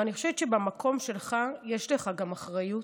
אני חושבת שבמקום שלך יש לך גם אחריות.